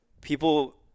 people